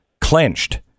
clenched